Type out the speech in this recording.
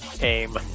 aim